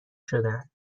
شدن